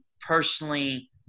personally